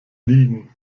liegen